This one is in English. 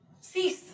Cease